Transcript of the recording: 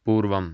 पूर्वम्